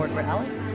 for alex?